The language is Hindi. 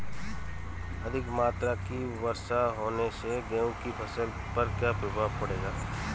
अधिक मात्रा की वर्षा होने से गेहूँ की फसल पर क्या प्रभाव पड़ेगा?